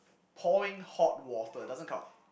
pouring hot water doesn't count